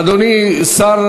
אדוני השר